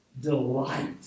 delight